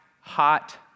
hot